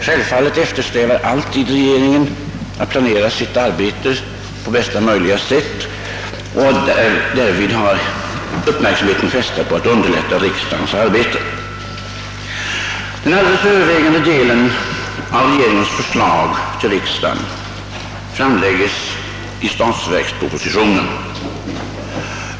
Självfallet eftersträvar regeringen alltid att planera sitt arbete på bästa möjliga sätt och att därvid ha uppmärksamheten fästad på att underlätta riksdagens arbete. Den alldeles övervägande delen av regeringens förslag till riksdagen framläggs i statsverkspropositionen.